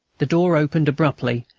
the door opened abruptly,